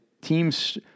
teams